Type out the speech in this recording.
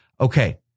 okay